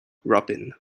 robin